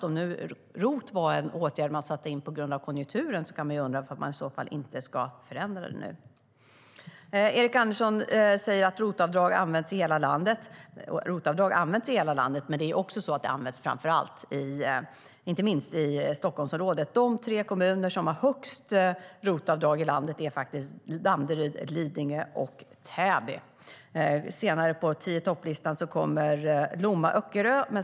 Om ROT var en åtgärd som sattes in på grund av konjunkturen kan vi undra varför den inte ska förändras nu. Erik Andersson säger att ROT-avdraget används i hela landet. ROT-avdraget används i hela landet, men det används framför allt i Stockholmsområdet. De tre kommuner som har högst ROT-avdrag i landet är Danderyd, Lidingö och Täby. Längre ned på tio-i-topp-listan kommer Lomma och Öckerö.